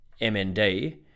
MND